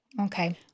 Okay